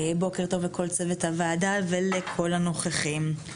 בוקר טוב לכל צוות הוועדה ולכל הנוכחים.